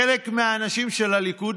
חלק מהאנשים של הליכוד,